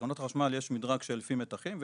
בתקנות חשמל יש מדרג לפי מתחים,